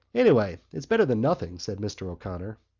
anyway, it's better than nothing, said mr. o'connor.